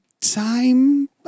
time